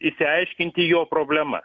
išsiaiškinti jo problemas